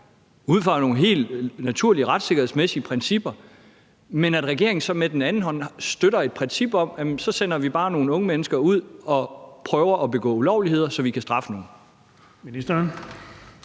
ud fra nogle helt naturlige retssikkerhedsmæssige principper, men at regeringen så på den anden side støtter et princip om, at vi så bare sender nogle unge mennesker ud for at prøve at begå ulovligheder, så vi kan straffe nogle.